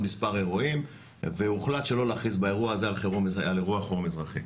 מספר אירועים והוחלט שלא להכריז באירוע הזה על אירוע חירום אזרחי.